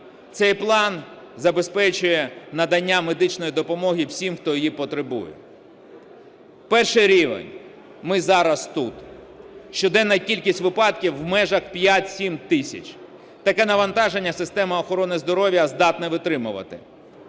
Цей план забезпечує надання медичної допомоги всім, хто її потребує. Перший рівень. Ми зараз тут. Щоденна кількість випадків в межах 5-7 тисяч. Таке навантаження система охорони здоров'я здатна витримувати.